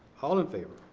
all in favor?